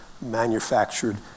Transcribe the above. manufactured